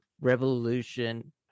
Revolution